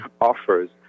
offers